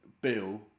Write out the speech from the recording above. Bill